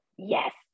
Yes